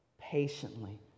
patiently